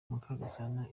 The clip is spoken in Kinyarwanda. mukagasana